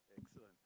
excellent